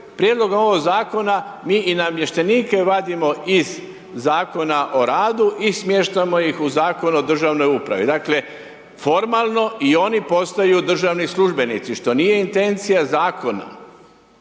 prijedloga ovoga Zakona mi i namještenike vadimo iz Zakona o radu i smještamo ih u Zakon o državnoj upravi. Dakle, formalno i oni postaju državni službenici, što nije intencija Zakona.